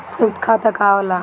सयुक्त खाता का होला?